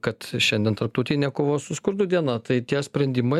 kad šiandien tarptautinė kovos su skurdu diena tai tie sprendimai